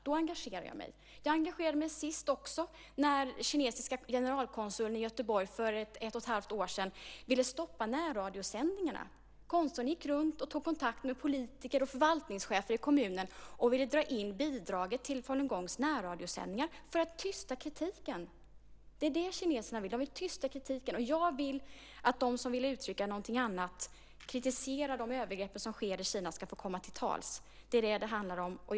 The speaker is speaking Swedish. Då engagerar jag mig. Jag engagerade mig också sist när kinesiska generalkonsuln i Göteborg för ett och ett halvt år sedan ville stoppa närradiosändningarna. Konsuln gick runt och tog kontakt med politiker och förvaltningschefer i kommunen och ville dra in bidraget till falungongs närradiosändningar för att tysta kritiken. Det är vad kineserna vill; de vill tysta kritiken. Jag vill att de som vill uttrycka någonting annat och kritisera de övergrepp som sker i Kina ska få komma till tals. Det är vad det handlar om.